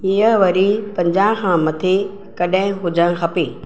हीअ वरी पंजाहुं खां मथे कॾहिं हुजण खपे